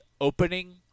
opening